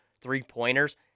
three-pointers